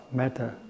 matter